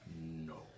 No